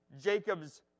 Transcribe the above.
Jacob's